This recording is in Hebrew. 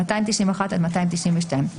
291 עד 292,